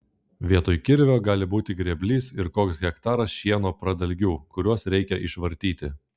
vietoj kirvio gali būti grėblys ir koks hektaras šieno pradalgių kuriuos reikia išvartyti